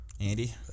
Andy